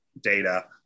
data